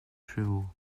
chevaux